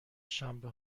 شنبه